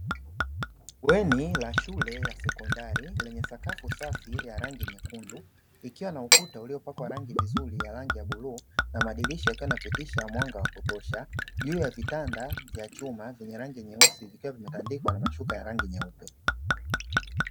Bweni la shule ya sekondari lenye sakafu safi ya angi nyekundu ikiwa na ukuta uliopakwa rangi vizuri ya rangi ya bluu, na madirisha yakiwa yanapitisha mwanga wa kutosha juu ya vitanda vya chuma vyenye ranig nyeusi, vikia vimetandikwa na mashuka ya rangi nyeupe.